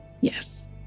Yes